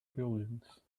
buildings